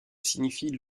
signifie